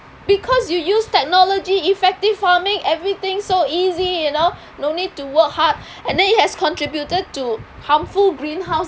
because you use technology effective farming everything so easy you know no need to work hard and then it has contributed to harmful greenhouse